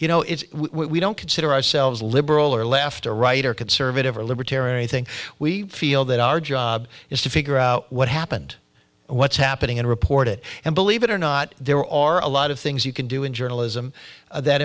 you know it's we don't consider ourselves a liberal or left or right or conservative or libertarian thing we feel that our job is to figure out what happened what's happening and report it and believe it or not there are a lot of things you can do in journalism that